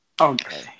Okay